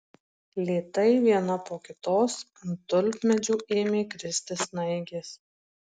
lėtai viena po kitos ant tulpmedžių ėmė kristi snaigės